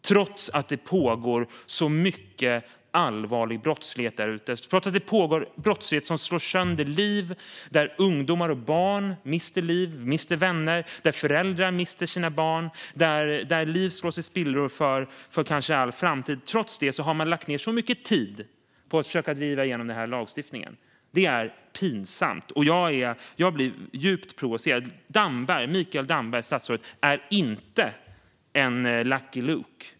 Trots att det pågår så mycket allvarlig brottslighet där ute, brottslighet som slår sönder liv, trots att ungdomar och barn mister liv, mister vänner, trots att föräldrar mister sina barn och trots att liv slås i spillror, kanske för all framtid, har man lagt ned så mycket tid på att försöka driva igenom den här lagstiftningen. Det är pinsamt, och jag blir djupt provocerad. Statsrådet Mikael Damberg är inte en Lucky Luke.